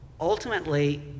ultimately